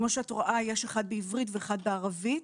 כמו שאת רואה, יש אחד בעברית ואחד בערבית.